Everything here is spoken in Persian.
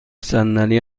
صندلی